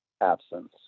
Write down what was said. absence